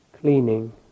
cleaning